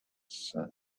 sand